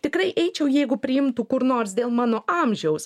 tikrai eičiau jeigu priimtų kur nors dėl mano amžiaus